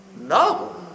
No